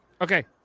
Okay